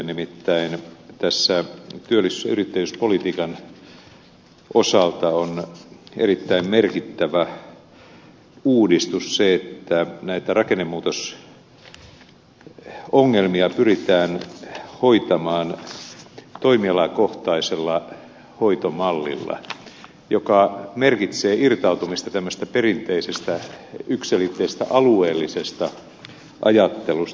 nimittäin tässä työllisyys ja yrittäjyyspolitiikan osalta on erittäin merkittävä uudistus se että näitä rakennemuutosongelmia pyritään hoitamaan toimialakohtaisella hoitomallilla joka merkitsee irtautumista tämmöisestä perinteisestä yksiselitteisestä alueellisesta ajattelusta